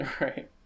Right